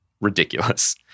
ridiculous